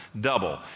double